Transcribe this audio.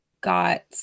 got